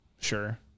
Sure